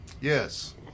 yes